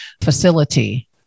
facility